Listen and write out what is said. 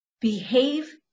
behave